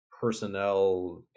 personnel